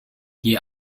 die